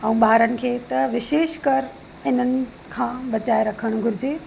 ऐं ॿारनि खे त विशेष कर त इन्हनि खां बचाए रखणु घुरिजे